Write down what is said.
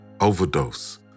Overdose